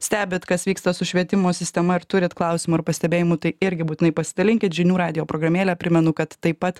stebit kas vyksta su švietimo sistema ir turit klausimų ar pastebėjimų tai irgi būtinai pasidalinkit žinių radijo programėlę primenu kad taip pat